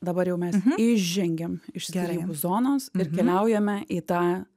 dabar jau mes išžengiam iš skyrybų zonos ir keliaujame į tą